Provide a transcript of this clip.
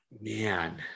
Man